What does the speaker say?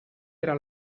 era